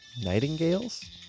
Nightingales